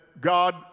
God